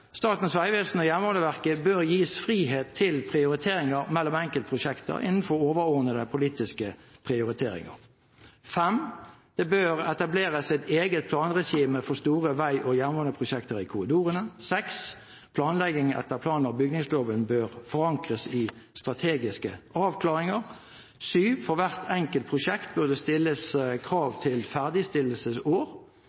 Statens vegvesen og Jernbaneverket bør gis frihet til prioriteringer mellom enkeltprosjekter innenfor overordnede politiske prioriteringer. Det bør etableres et eget planregime for store vei- og jernbaneprosjekter i korridorene. Planlegging etter plan- og bygningsloven bør forankres i strategiske avklaringer. For hvert enkelt prosjekt bør det stilles krav